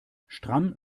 stramm